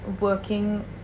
working